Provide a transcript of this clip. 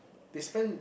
they spend